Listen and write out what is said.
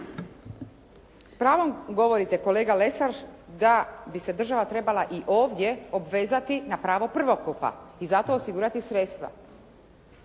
S pravom govorite kolega Lesar da bi se država trebala i ovdje obvezati na pravo prvokupa i za to osigurati sredstva,